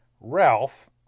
Ralph